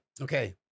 okay